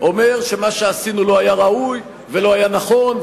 אומר שמה שעשינו לא היה ראוי ולא היה נכון,